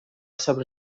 sobre